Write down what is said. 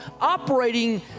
operating